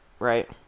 right